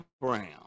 brown